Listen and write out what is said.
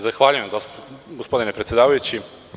Zahvaljujem gospodine predsedavajući.